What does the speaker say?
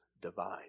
divine